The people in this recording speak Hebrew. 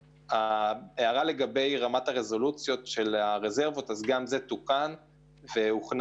ההערה לגבי רמת הרזולוציות של הרזרבות: גם זה טופל והוכנס